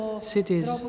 cities